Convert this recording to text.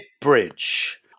Bridge